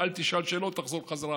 אל תשאל שאלות, תחזור חזרה הביתה.